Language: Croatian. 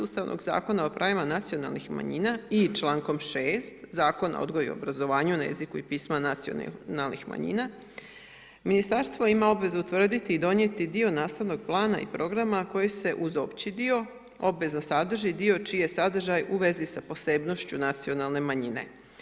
Ustavnog zakona o pravima nacionalnih manjina i člankom 6. Zakona o odgoju i obrazovanju na jeziku i pismu nacionalnih manjina ministarstvo ima obvezu utvrditi i donijeti dio nastavnog plana i programa koji se uz opći dio obvezno sadrži i dio čiji je sadržaj u vezi sa posebnošću nacionalne manjine.